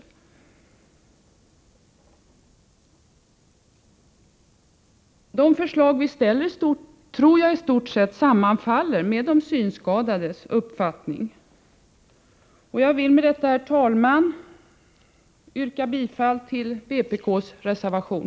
Jag tror att de förslag vi ställer i stort sett sammanfaller med de synskadades uppfattning. Herr talman! Jag vill med detta yrka bifall till vpk:s reservation.